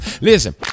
Listen